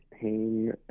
pain